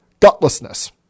Gutlessness